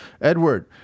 Edward